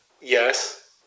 yes